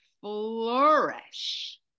flourish